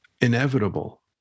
inevitable